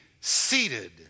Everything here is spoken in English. seated